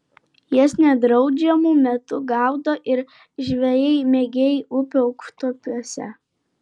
jas nedraudžiamu metu gaudo ir žvejai mėgėjai upių aukštupiuose